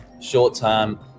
short-term